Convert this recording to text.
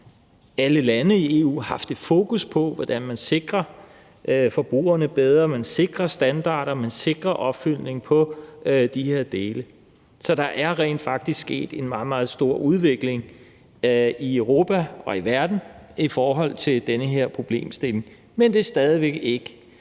alle lande i EU haft et fokus på, hvordan man sikrer forbrugerne bedre, man sikrer standarder og man sikrer opfølgning på de her dele. Så der er rent faktisk sket en meget, meget stor udvikling i Europa og i verden i forhold til den her problemstilling, men det er stadig væk ikke